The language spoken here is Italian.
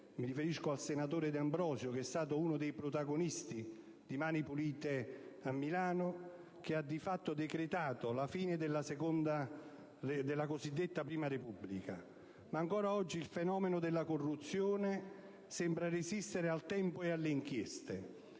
(mi rivolgo al senatore D'Ambrosio che è stato uno dei protagonisti dell'operazione svolta a Milano), che ha - di fatto - decretato la fine della cosiddetta prima Repubblica. Ma ancora oggi il fenomeno della corruzione sembra resistere al tempo e alle inchieste,